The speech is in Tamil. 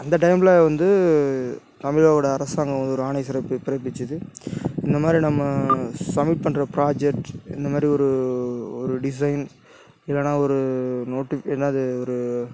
அந்த டைமில் வந்து தமிழரோடய அரசாங்கம் ஒரு ஆணை சிறப்பி பிறப்பிச்சிது இந்தமாதிரி நம்ம சம்மிட் பண்ணுற ப்ராஜெக்ட் இந்தமாதிரி ஒரு ஒரு டிசைன் இல்லைன்னா ஒரு நோட்டு என்னாது ஒரு